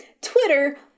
Twitter